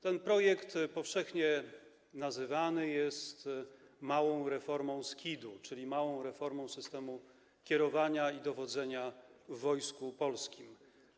Ten projekt powszechnie nazywany jest małą reformą SKiD-u, czyli małą reformą systemu kierowania i dowodzenia w Wojsku Polskim.